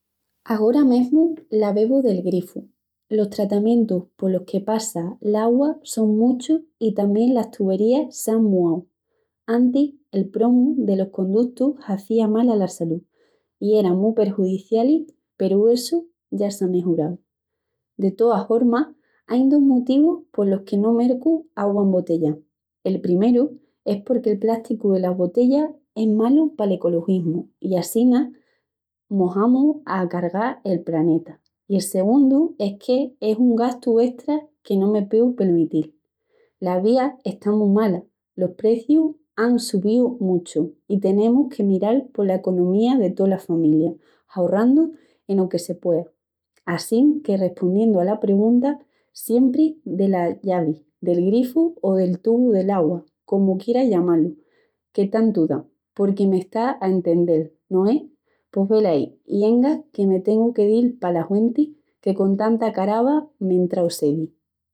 Agora mesmu la bebu del grifu. Los tratamientus polos que passa l´agua son muchus i tamién las tuberías s'án muau. Antis el promu delos condutus hazía mal ala salú i eran mu prejudizialis, peru essu ya s'á mejorau. De toas hormas ain dos motivus polos que no mercu agua embotellá: el primeru es porque'l prásticu delas botellas es malu pal ecologismu i assina mos amus a cargal el praneta, i el segundu es que es un gastu estra que no me pueu permitil. La vida está mu mala, los precius án subíu muchu i tenemus que miral pola economía de tola familia, ahorrandu eno que se puea. Assin que respondiendu ala pregunta, siempri dela llavi, del grifu o del tubu del'agua comu quiera llamá-lu, que tantu da, porque me estás a entendel, no es? Pos velaí, i enga que me tengu dil pala huenti que con tanta carava m'á entrau sedi!